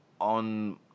On